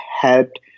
helped